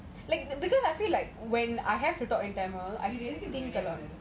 because I feel like when I have to talk in tamil